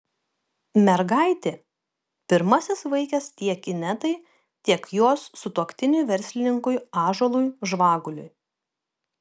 mergaitė pirmasis vaikas tiek inetai tiek jos sutuoktiniui verslininkui ąžuolui žvaguliui